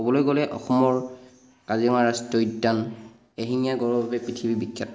ক'বলৈ গ'লে অসমৰ কাজিৰঙা ৰাষ্ট্ৰীয় উদ্যান এশিঙীয়া গঁড়ৰ বাবে পৃথিৱী বিখ্যাত